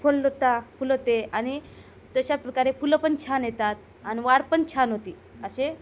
फुलतात फुलंते आणि तशा प्रकारे फुलं पण छान येतात आणि वाढ पण छान होते असे